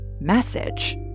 message